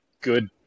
good